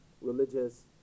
religious